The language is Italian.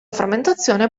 frammentazione